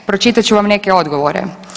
Pročitat ću vam neke odgovore.